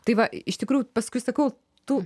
tai va iš tikrųjų paskui sakau tu